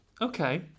Okay